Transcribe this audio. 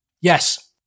Yes